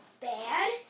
bad